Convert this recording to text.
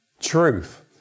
truth